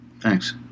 Thanks